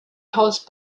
tallest